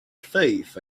thief